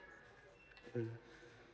mm